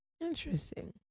interesting